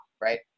right